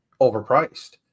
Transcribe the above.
overpriced